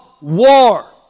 war